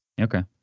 Okay